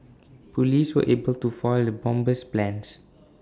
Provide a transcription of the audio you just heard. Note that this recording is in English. Police were able to foil the bomber's plans